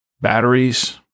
batteries